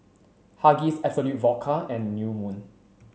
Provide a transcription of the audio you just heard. Huggies Absolut Vodka and New Moon